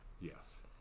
Yes